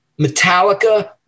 Metallica